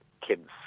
kids